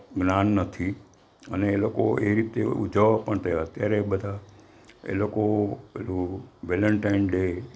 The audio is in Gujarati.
જ્ઞાન નથી અને એ લોકો એ રીતે ઉજવવા પણ તૈયાર અત્યારે બધા એ લોકો પેલું વેલેન્ટાઈન ડે